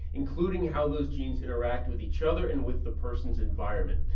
including how those genes interact with each other and with the person's environment,